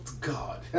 God